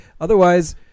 Otherwise